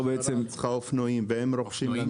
--- המשטרה צריכה אופנועים והם רוכשים למשטרה.